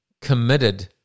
committed